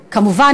כמובן,